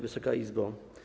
Wysoka Izbo!